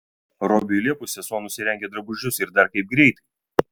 robiui liepus sesuo nusirengė drabužius ir dar kaip greitai